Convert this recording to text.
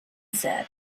said